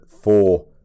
four